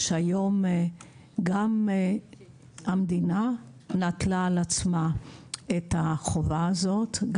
היום גם המדינה נטלה על עצמה את החובה הזאת,